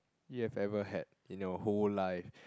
you have ever had in your whole life